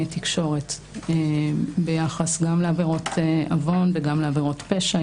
תקשורת ביחס לעבירות עוון וגם לעבירות פשע.